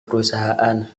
perusahaan